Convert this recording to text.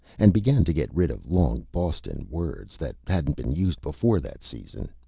and began to get rid of long boston words that hadn't been used before that season.